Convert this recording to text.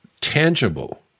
tangible